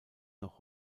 noch